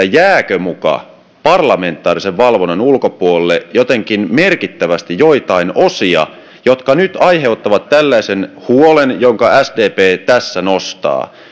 jääkö muka parlamentaarisen valvonnan ulkopuolelle jotenkin merkittävästi joitain osia jotka nyt aiheuttavat tällaisen huolen jonka sdp tässä nostaa